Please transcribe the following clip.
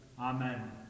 amen